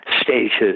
stages